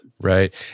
Right